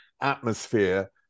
atmosphere